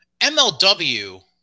MLW